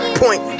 point